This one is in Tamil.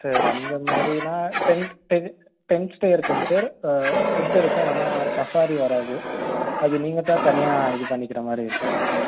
சார் அந்த மாதிரினா டென்டெ டென்ட் ஸ்டே இருக்குங்க சார் ஃபுட்டு இருக்கும் ஆனால் சஃபாரி வராது அது நீங்கள் தான் தனியாக இது பண்ணிக்கிற மாதிரி இருக்குங்க சார்